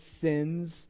sins